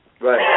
Right